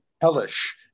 hellish